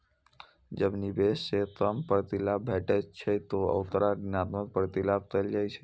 जब निवेश सं कम प्रतिलाभ भेटै छै, ते ओकरा ऋणात्मक प्रतिलाभ कहल जाइ छै